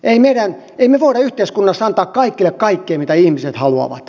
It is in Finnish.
emme me voi yhteiskunnassa antaa kaikille kaikkea mitä ihmiset haluavat